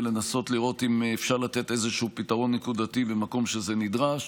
ולנסות לראות אם אפשר לתת איזשהו פתרון נקודתי במקום שזה נדרש.